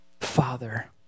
Father